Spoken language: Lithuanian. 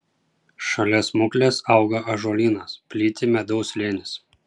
šalia smuklės auga ąžuolynas plyti medaus slėnis